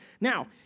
Now